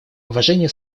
уважение